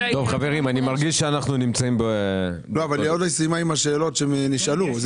היא עוד לא סיימה עם השאלות שנשאלו.